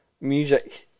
music